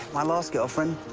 my last girlfriend.